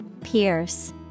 Pierce